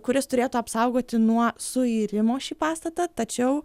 kuris turėtų apsaugoti nuo suirimo šį pastatą tačiau